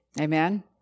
Amen